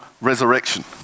resurrection